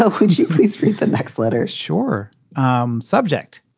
so could you please read the next letters? sure um subject.